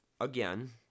again